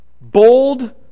bold